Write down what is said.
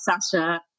Sasha